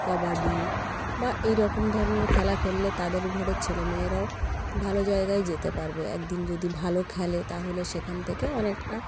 কবাডি বা এই রকম ধরনের খেলা খেললে তাদের ঘরের ছেলেমেয়েরাও ভালো জায়গায় যেতে পারবে একদিন যদি ভালো খেলে তাহলে সেখান থেকে অনেকটা